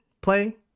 play